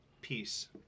peace